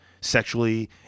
sexually